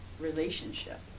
relationship